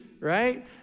right